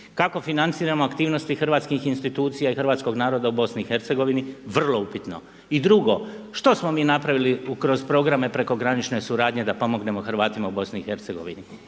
kako financiramo aktivnosti hrvatskih institucija i hrvatskog naroda u BiH, vrlo upitno i drugo što smo mi napravili kroz programe prekogranične suradnje da pomognemo Hrvatima u BiH,